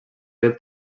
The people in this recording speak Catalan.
del